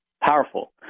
powerful